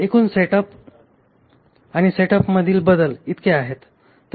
एकूण सेटअप आणि सेटअपमधील बदल इतके आहेत